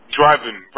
driving